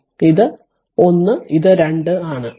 അതിനാൽ ഇത് 1 ഇത് 2 ആണ്